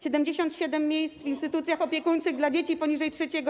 77 miejsc w instytucjach opiekuńczych dla dzieci poniżej 3. r.ż.